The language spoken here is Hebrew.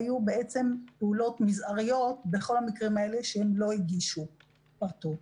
היו בעצם פעולות מזעריות בכל המקרים האלה שהם לא הגישו פרטות.